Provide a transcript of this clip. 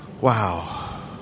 Wow